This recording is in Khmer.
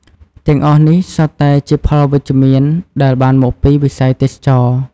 ទាំងអស់នេះសុទ្ធតែជាផលវិជ្ជមានដែលបានមកពីវិស័យទេសចរណ៍។